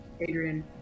Adrian